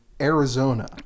Arizona